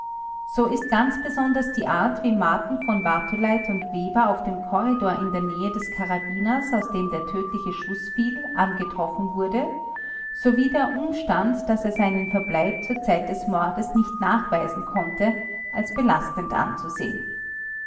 so ist ganz besonders die art wie marten ten von bartuleit und weber auf dem korridor in der nähe des karabiners aus dem der tödliche schuß fiel angetroffen wurde sowie der umstand daß er seinen verbleib zur zeit des mordes nicht nachweisen konnte als belastend anzusehen